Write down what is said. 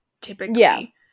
typically